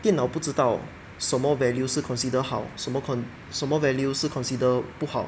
电脑不知道什么 value 是 considered 好什么 con~ 什么 value 是 consider 不好